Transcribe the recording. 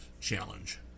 challenge